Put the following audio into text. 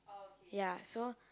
ya so